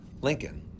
Lincoln